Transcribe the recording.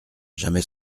jamais